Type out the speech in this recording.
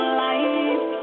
life